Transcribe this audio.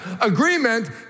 agreement